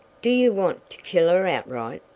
do you want to kill her outright?